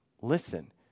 listen